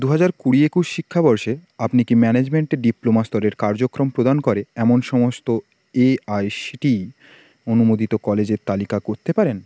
দু হাজার কুড়ি একুশ শিক্ষাবর্ষে আপনি কি ম্যানেজমেন্টে ডিপ্লোমা স্তরের কার্যক্রম প্রদান করে এমন সমস্ত এআইসিটিই অনুমোদিত কলেজের তালিকা করতে পারেন